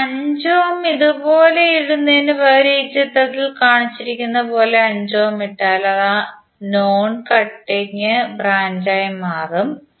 ഇനി 5 ഓം ഇതുപോലെ ഇടുന്നതിനുപകരം ഈ ചിത്രത്തിൽ കാണിച്ചിരിക്കുന്നതുപോലെ 5 ഓം ഇട്ടാൽ അത് നോൺ കട്ടിംഗ് ബ്രാഞ്ചായി മാറും